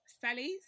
Sally's